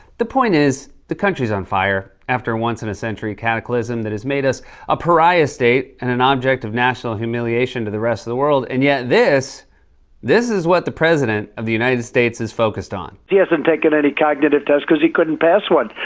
the point is, the country's on fire after once-in-a-century cataclysm that has made us a pariah state and an object of national humiliation to the rest of the world. and, yet, this this is what the president of the united states is focused on. he hasn't taken any cognitive tests cause he couldn't pass one.